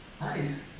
Nice